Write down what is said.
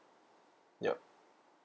yup